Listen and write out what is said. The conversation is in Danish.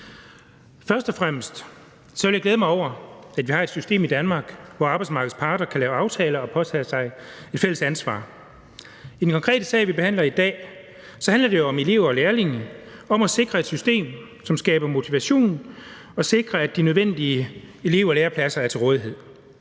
Først og fremmest vil jeg glæde mig over, at vi har et system i Danmark, hvor arbejdsmarkedets parter kan lave aftaler og påtage sig et fælles ansvar. I den konkrete sag, vi behandler i dag, handler det jo om elever og lærlinge og om at sikre et system, som skaber motivation og sikrer, at de nødvendige elev- og lærepladser er til rådighed.